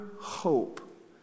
hope